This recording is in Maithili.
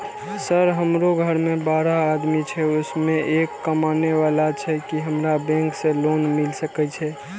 सर हमरो घर में बारह आदमी छे उसमें एक कमाने वाला छे की हमरा बैंक से लोन मिल सके छे?